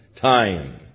time